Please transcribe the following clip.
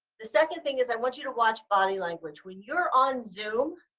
the second thing is i want you to watch body language. when you're on zoom,